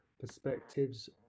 perspectives